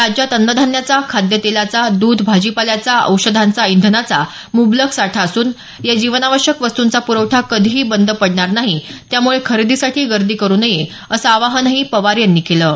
राज्यात अन्नधान्याचा खाद्यतेलाचा दुध भाजीपाल्याचा औषधांचा इंधनाचा मुबलक साठा असून या जीवनावश्यक वस्तूंचा पुरवठा कधीही बंद पडणार नाही त्यामुळे खरेदीसाठी गर्दी करु नये असं आवाहनही पवार यांनी केलं आहे